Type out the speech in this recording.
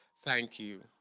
thank you.